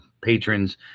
patrons